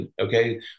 okay